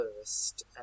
first